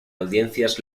audiencias